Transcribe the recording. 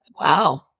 Wow